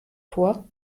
vor